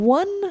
one